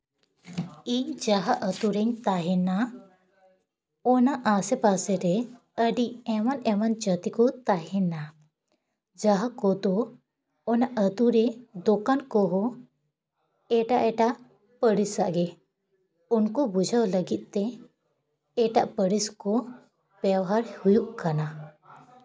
ᱤᱧ ᱡᱟᱦᱟᱸ ᱟᱛᱳᱨᱤᱧ ᱛᱟᱦᱮᱱᱟ ᱚᱱᱟ ᱟᱥᱮᱯᱟᱥᱮ ᱨᱮ ᱟᱹᱰᱤ ᱮᱢᱟᱱ ᱮᱢᱟᱱ ᱡᱟᱹᱛᱤ ᱠᱚ ᱛᱟᱦᱮᱱᱟ ᱡᱟᱦᱟᱸ ᱠᱚᱫᱚ ᱚᱱᱟ ᱟᱛᱳ ᱨᱮ ᱫᱚᱠᱟᱱ ᱠᱚᱦᱚᱸ ᱮᱴᱟᱜ ᱮᱴᱟᱜ ᱯᱟᱹᱨᱤᱥᱟᱜᱼᱜᱮ ᱩᱱᱠᱩ ᱵᱩᱡᱷᱟᱹᱣ ᱞᱟᱹᱜᱤᱫ ᱛᱮ ᱮᱴᱟᱜ ᱯᱟᱹᱨᱤᱥ ᱠᱚ ᱵᱮᱣᱦᱟᱨ ᱦᱩᱭᱩᱜ ᱠᱟᱱᱟ